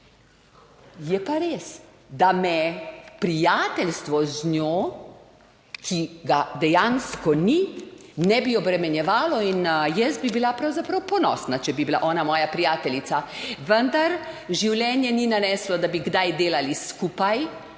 Je pa res, da me prijateljstvo z njo, ki ga dejansko ni, ne bi obremenjevalo in jaz bi bila pravzaprav ponosna, če bi bila ona moja prijateljica, vendar življenje ni naneslo, da bi kdaj delali skupaj,